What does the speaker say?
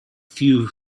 few